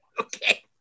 Okay